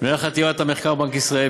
ומנהל חטיבת המחקר בבנק ישראל,